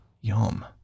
yum